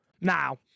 Now